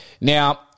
Now –